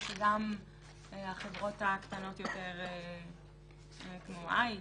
או שגם החברות הקטנות יותר כמו עיט,